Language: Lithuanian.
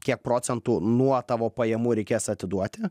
kiek procentų nuo tavo pajamų reikės atiduoti